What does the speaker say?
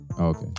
Okay